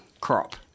crop